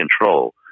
control